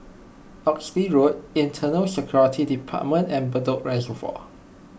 Oxley Road Internal Security Department and Bedok Reservoir